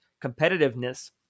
competitiveness